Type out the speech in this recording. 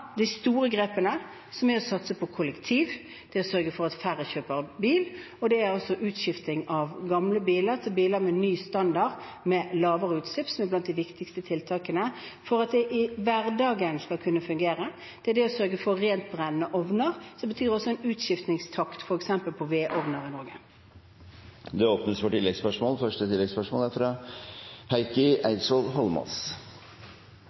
de store grepene, som å satse på kollektivtransport – sørge for at færre kjøper bil. Også utskifting av gamle biler til biler med ny standard, med lavere utslipp, er blant de viktigste tiltakene for at det skal kunne fungere i hverdagen – og å sørge for rene brenneovner, noe som betyr en utskiftingstakt for f.eks. vedovner i Norge. Det blir gitt anledning til oppfølgingsspørsmål – først Heikki Eidsvoll Holmås.